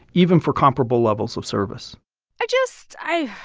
even for comparable levels of service i just i.